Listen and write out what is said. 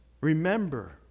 Remember